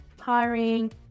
hiring